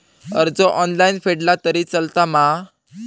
कर्ज ऑनलाइन फेडला तरी चलता मा?